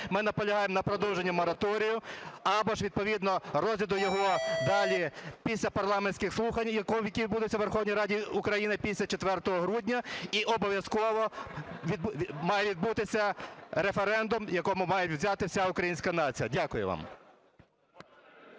Ми наполягаємо на продовженні мораторію або ж відповідно розгляду його далі після парламентських слухань, які відбудуться у Верховній Раді України, після 4 грудня, і обов'язково має відбутися референдум, в якому має взяти вся українська нація. Дякую вам.